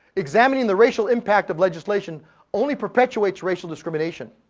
examining the racial impact of legislation only perpetuates racial discrimination.